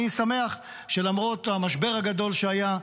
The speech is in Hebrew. אני שמח שלמרות המשבר הגדול שהיה,